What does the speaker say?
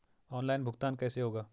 Online भुगतान कैसे होगा?